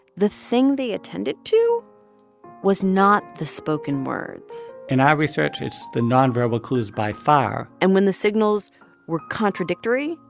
the thing they attended to was not the spoken words in our research, it's the non-verbal cues by far and when the signals were contradictory,